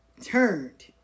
turned